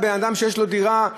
לאדם שיש לו דירה,